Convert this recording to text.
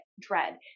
dread